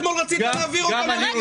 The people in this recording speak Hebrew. אתמול רציתם להעביר אותם למדינה אחרת,